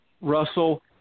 Russell